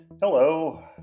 hello